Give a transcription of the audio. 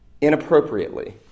inappropriately